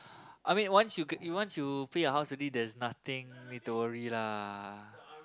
I mean once you get once you pay your house already there's nothing need to worry lah